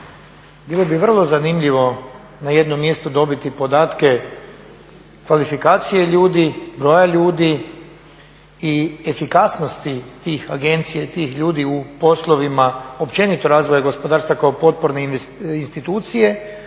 Bilo bi vrlo zanimljivo na jednom mjestu dobiti podatke kvalifikacije ljudi, broja ljudi i efikasnosti tih agencija i tih ljudi u poslovima općenito razvoja gospodarstva kao potporne institucije,